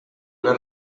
una